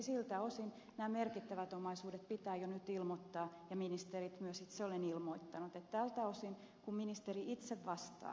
siltä osin nämä merkittävät omaisuudet pitää jo nyt ilmoittaa ja myös itse olen ilmoittanut tältä osin kuin ministeri itse vastaa